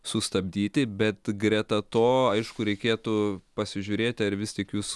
sustabdyti bet greta to aišku reikėtų pasižiūrėti ar vis tik jūs